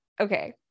okay